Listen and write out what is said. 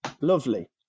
Lovely